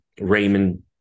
Raymond